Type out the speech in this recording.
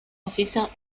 އޮފިސަރ